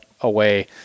away